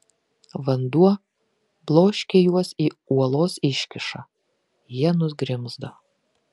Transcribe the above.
vanduo bloškė juos į uolos iškyšą jie nugrimzdo